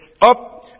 Up